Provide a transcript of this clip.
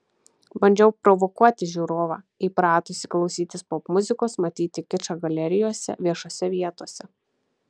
bandžiau provokuoti žiūrovą įpratusį klausytis popmuzikos matyti kičą galerijose viešose vietose